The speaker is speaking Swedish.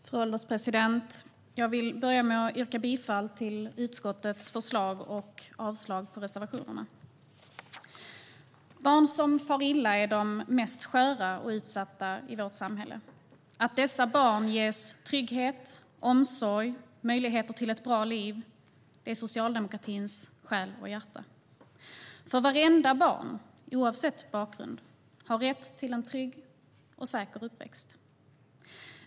Fru ålderspresident! Jag vill börja med att yrka bifall till utskottets förslag och avslag på reservationerna. Barn som far illa är de sköraste och mest utsatta i vårt samhälle. Att dessa barn ges trygghet, omsorg och möjligheter till ett bra liv är socialdemokratins själ och hjärta. Vartenda barn, oavsett bakgrund, har rätt till en trygg och säker uppväxt.